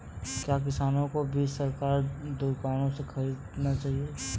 क्या किसानों को बीज सरकारी दुकानों से खरीदना चाहिए?